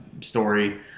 story